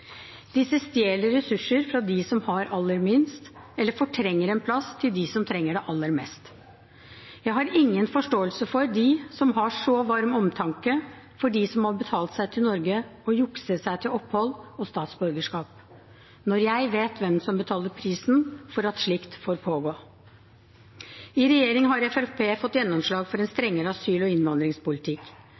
disse som bodde slik, ble det enda viktigere for meg å få til en politikk som stopper dem som har midler til å betale menneskesmuglere store beløp for å komme seg til Norge. De stjeler ressurser fra dem som har aller minst, eller fortrenger plassen for dem som trenger det aller mest. Jeg har ingen forståelse for dem som har så varm omtanke for dem som har betalt seg til Norge og jukset til seg opphold og statsborgerskap, når jeg